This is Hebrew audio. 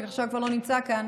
שעכשיו כבר לא נמצא כאן,